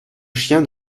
chien